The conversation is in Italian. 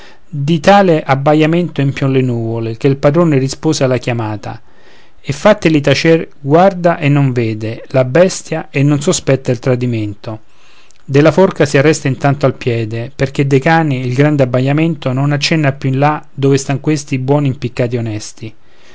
di tale abbaiamento empion le nuvole che il padrone rispose alla chiamata e fattili tacer guarda e non vede la bestia e non sospetta il tradimento della forca si arresta intanto al piede perché dei cani il grande abbaiamento non accenna più in là dove stan questi buoni impiccati onesti